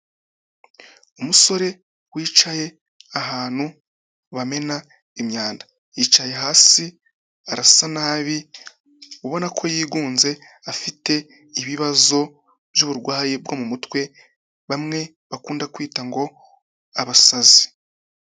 Umusore wicaye ahantu bamena imyanda, yicaye hasi arasa nabi ubona ko yigunze afite ibibazo by'uburwayi bwo mu mutwe, bamwe bakunda kwita ngo abasazi.